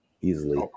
easily